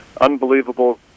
Unbelievable